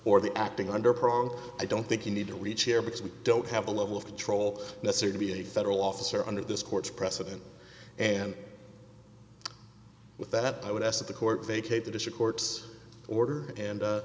or the acting under prong i don't think you need to reach here because we don't have a level of control necessary to be a federal officer under this court's precedent and with that i would ask that the court vacate the district court's order and